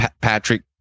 Patrick